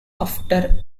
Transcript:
after